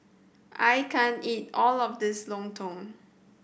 I can't eat all of this lontong